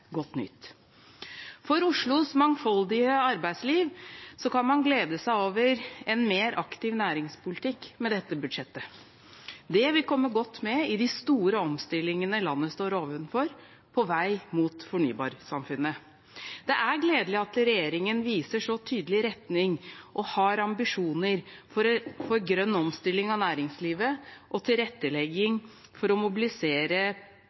godt nytt. For Oslos mangfoldige arbeidsliv kan man glede seg over en mer aktiv næringspolitikk med dette budsjettet. Det vil komme godt med i de store omstillingene landet står overfor, på vei mot fornybarsamfunnet. Det er gledelig at regjeringen viser så tydelig retning og har ambisjoner for grønn omstilling av næringslivet og tilrettelegging for å mobilisere